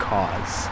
Cause